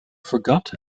forgot